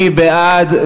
מי בעד?